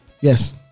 Yes